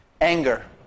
anger